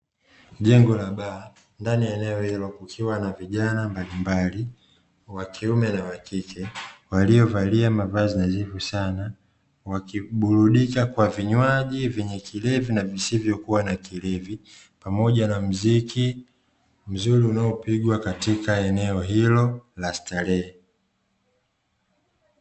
Jengo la baa, ndani ya eneo hilo kukiwa na vijana mbalimbali wa kiume na wa kike waliovalia mavazi nadhifu sana, wakiburudika kwa vinywaji vyenye kilevi na visivyokuwa na kilevi pamoja na muziki mzuri unaopigwa katika eneo hilo la starehe.